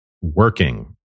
working